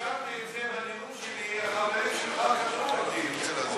כשהזכרתי את זה בנאום שלי, החברים שלך, אותי.